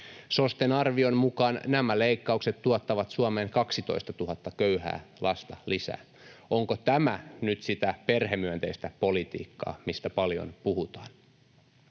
SOSTEn arvion mukaan nämä leikkaukset tuottavat Suomeen 12 000 köyhää lasta lisää. Onko tämä nyt sitä perhemyönteistä politiikkaa, mistä paljon puhutaan?